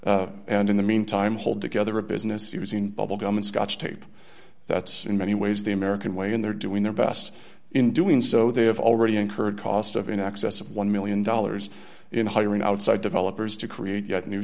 software and in the meantime hold together a business using bubble gum and scotch tape that's in many ways the american way and they're doing their best in doing so they have already incurred cost of in excess of one million dollars in hiring outside developers to create